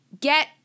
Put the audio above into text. get